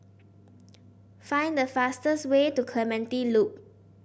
find the fastest way to Clementi Loop